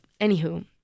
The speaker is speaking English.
anywho